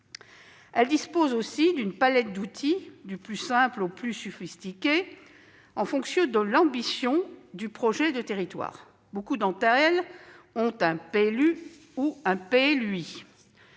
Elles disposent aussi d'une palette d'outils, du plus simple au plus sophistiqué, en fonction de l'ambition du projet de territoire : nombre d'entre elles ont un PLU ou un PLUi